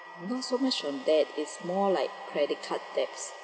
not so much on debts it's more like credit card debts